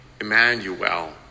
Emmanuel